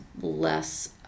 less